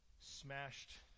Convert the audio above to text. smashed